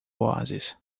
oásis